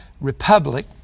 Republic